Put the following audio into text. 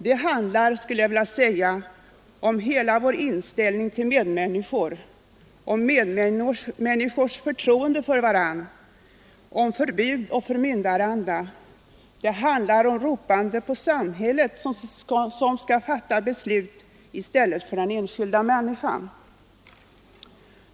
Det handlar, skulle jag vilja säga, om hela vår inställning till medmänniskor, om människors förtroende för varandra, om förbud och förmyndaranda. Det handlar om ropande på samhället, som skall fatta beslut i stället för den enskilda människan.